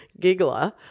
giggler